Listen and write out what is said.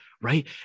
right